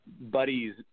buddies